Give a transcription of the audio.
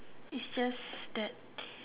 it's just that